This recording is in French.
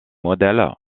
modèles